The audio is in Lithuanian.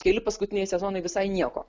keli paskutiniai sezonai visai nieko